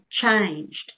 changed